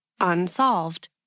unsolved